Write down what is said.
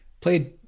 played